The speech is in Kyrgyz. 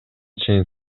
чейин